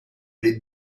les